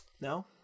No